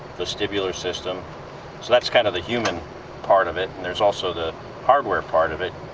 vestibular system, so that's kind of the human part of it, and there's also the hardware part of it.